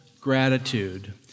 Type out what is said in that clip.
gratitude